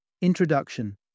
Introduction